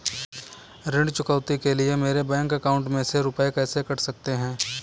ऋण चुकौती के लिए मेरे बैंक अकाउंट में से रुपए कैसे कट सकते हैं?